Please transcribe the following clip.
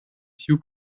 tiu